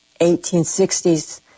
1860s